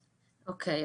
אוקיי.